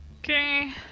Okay